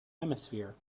hemisphere